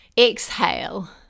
Exhale